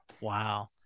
Wow